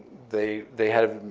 they they had